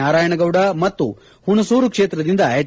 ನಾರಾಯಣಗೌಡ ಮತ್ತು ಹುಣಸೂರು ಕ್ಷೇತ್ರದ ಎಚ್